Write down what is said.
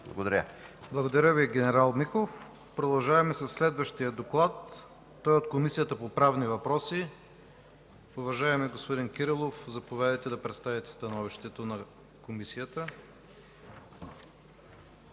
Благодаря Ви, генерал Михов. Продължаваме със следващия доклад от Комисията по правни въпроси. Уважаеми господин Кирилов, заповядайте да представите становището на Комисията.